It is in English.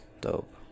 Dope